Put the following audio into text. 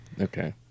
Okay